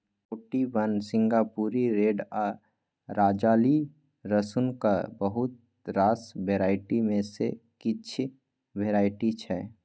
Ooty one, सिंगापुरी red आ राजाली रसुनक बहुत रास वेराइटी मे सँ किछ वेराइटी छै